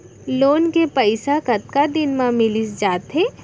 Loan के पइसा कतका दिन मा मिलिस जाथे?